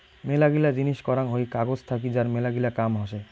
মেলাগিলা জিনিস করাং হই কাগজ থাকি যার মেলাগিলা কাম হসে